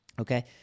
okay